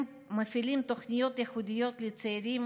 הם מפעילים תוכניות ייחודיות לצעירים